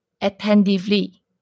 attentively